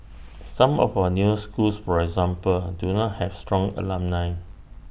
some of our newer schools for example do not have strong alumni